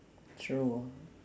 true